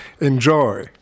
enjoy